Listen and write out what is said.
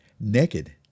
naked